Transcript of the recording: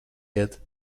iet